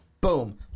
Boom